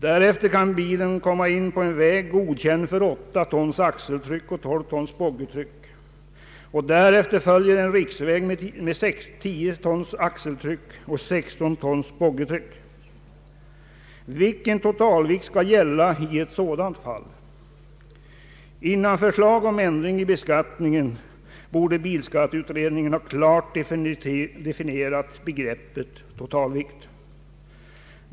Därefter kan bilen komma in på en väg som är godkänd för 8 tons axeltryck och 12 tons boggietryck. Sedan följer en riksväg med 10 tons axeltryck och 16 tons boggietryck. Vilken totalvikt skall gälla i ett sådant fall? Innan förslag om ändring i beskattningen framlades borde bilskatteutredningen ha klart definierat begreppet totalvikt.